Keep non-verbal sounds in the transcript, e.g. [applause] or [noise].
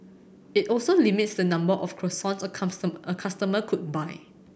it also limits the number of croissants a [unintelligible] a customer could buy